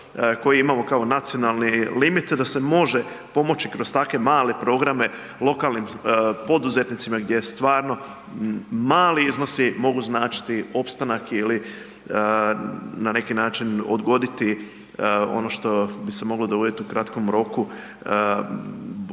koji imamo kao nacionalni limit, da se može pomoći kroz takve male programe lokalnim poduzetnicima gdje je stvarno mali iznosi mogu značiti opstanak ili na neki način odgoditi ono što bi se moglo dogoditi u kratkom roku